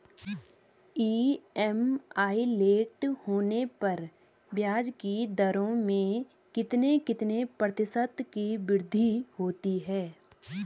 EMI late होने पर ब्याज की दरों में कितने कितने प्रतिशत की वृद्धि होती है?